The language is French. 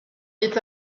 est